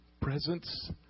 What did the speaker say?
presence